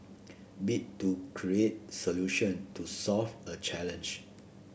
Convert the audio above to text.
bit to create solution to solve a challenge